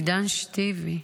עידן שתיוי,